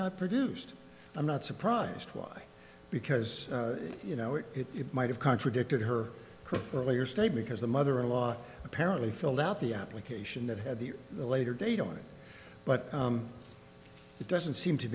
not produced i'm not surprised why because you know it it might have contradicted her earlier state because the mother in law apparently filled out the application that had the a later date on it but it doesn't seem to